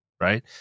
right